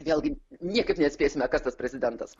vėlgi niekaip nespėsime kas tas prezidentas